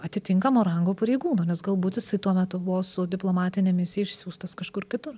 atitinkamo rango pareigūno nes galbūt jisai tuo metu buvo su diplomatine misija išsiųstas kažkur kitur